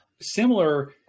similar